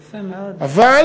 יפה מאוד, רעיון מעולה.